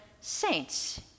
saints